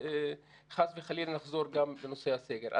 וחס וחלילה נחזור גם בנושא הסגר.